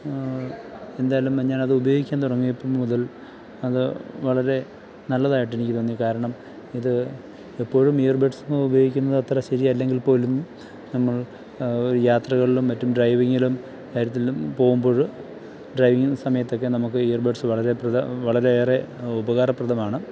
എന്തായാലും ഞാനത് ഉപയോഗിക്കാൻ തുടങ്ങിയപ്പം മുതൽ അത് വളരെ നല്ലതായിട്ടെനിക്ക് തോന്നി കാരണം ഇത് എപ്പോഴും ഇയർ ബഡ്സ് ഉപയോഗിക്കുന്നത് അത്ര ശരിയല്ലെങ്കിൽ പോലും നമ്മൾ യാത്രകളിലും മറ്റും ഡ്രൈവിങ്ങിലും കാര്യത്തിലും പോകുമ്പോൾ ഡ്രൈവിങ്ങ് സമയത്തൊക്കെ നമുക്ക് ഇയർ ബഡ്സ് വളരെ വളരെ ഏറെ ഉപകാരപ്രദമാണ്